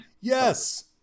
yes